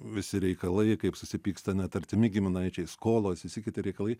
visi reikalai kaip susipyksta net artimi giminaičiai skolos visi kiti reikalai